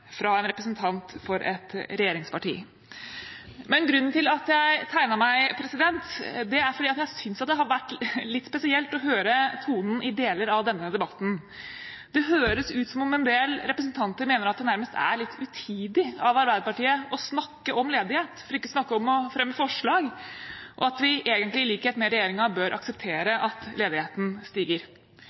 fra en representant for et regjeringsparti. Grunnen til at jeg tegnet meg, er at jeg synes det har vært litt spesielt å høre tonen i deler av denne debatten. Det høres ut som om en del representanter mener det nærmest er litt utidig av Arbeiderpartiet å snakke om ledighet, for ikke å snakke om å fremme forslag, og at vi egentlig i likhet med regjeringen bør akseptere at ledigheten stiger.